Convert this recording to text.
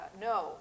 No